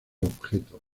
objeto